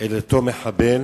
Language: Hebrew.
את אותו מחבל,